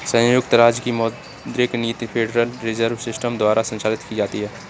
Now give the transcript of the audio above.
संयुक्त राज्य की मौद्रिक नीति फेडरल रिजर्व सिस्टम द्वारा संचालित की जाती है